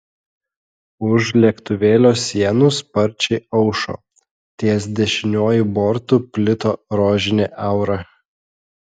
už lėktuvėlio sienų sparčiai aušo ties dešiniuoju bortu plito rožinė aura